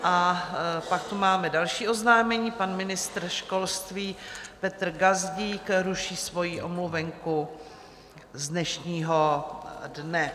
A pak tu máme další oznámení, pan ministr školství Petr Gazdík ruší svoji omluvenku z dnešního dne.